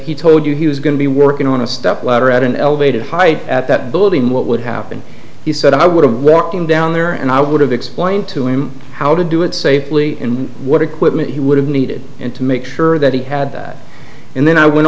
he told you he was going to be working on a step ladder at an elevated height at that building what would happen he said i would have walked him down there and i would have explained to him how to do it safely and what equipment he would have needed and to make sure that he had that and then i went